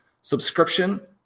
subscription